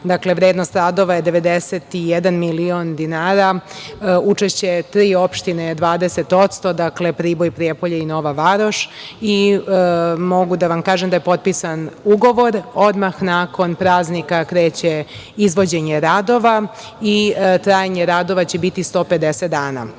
toga vrednost radova je 91 milion dinara, i učešće tri opštine je 20%, dakle Priboj, Prijepolje i Nova Varoš. Mogu da vam kažem da je potpisan ugovor odmah nakon praznika kreće izvođenje radova i trajanje radova će biti 150 dana. Ta